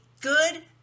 good